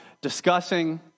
discussing